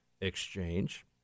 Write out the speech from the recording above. exchange